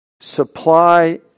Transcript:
supply